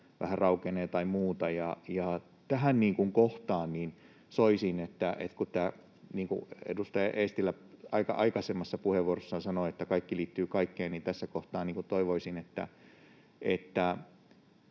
vähän raukenee tai muuta. Tässä kohtaa soisin — niin kuin edustaja Eestilä aikaisemmassa puheenvuorossaan sanoi, että kaikki liittyy kaikkeen — että panostettaisiin